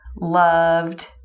loved